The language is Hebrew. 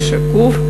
זה שקוף,